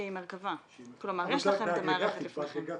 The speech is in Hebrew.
שהיא מרכב"ה, כלומר יש לכם את המערכת לפניכם.